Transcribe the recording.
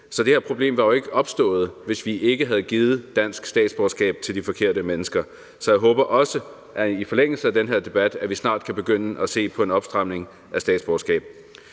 Så det her problem var jo ikke opstået, hvis vi ikke havde givet dansk statsborgerskab til de forkerte mennesker. Så jeg håber også, at vi i forlængelse af den her debat snart kan begynde at se på en opstramning i forhold til statsborgerskab.